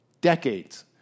decades